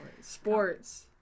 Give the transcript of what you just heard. Sports